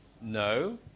no